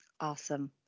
Awesome